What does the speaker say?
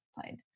played